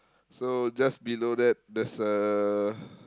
so just below that there's a